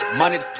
money